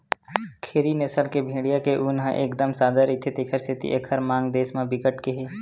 खेरी नसल के भेड़िया के ऊन ह एकदम सादा रहिथे तेखर सेती एकर मांग देस म बिकट के हे